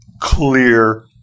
clear